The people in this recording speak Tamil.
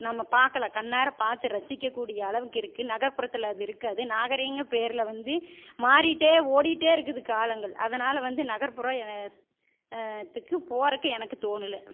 நம்ம பார்க்கலாம் கண்ணார பார்த்து ரசிக்கக்கூடிய அளவுக்கு இருக்குது நகர்புறத்தில் அது இருக்காது நாகரிகம்ங்கிற பேரில் வந்து மாறிகிட்டே ஓடிகிட்டே இருக்குது காலங்கள் அதனால் வந்து நகர்ப்புறம் த்துக்கு போறதுக்கு எனக்கு தோணலை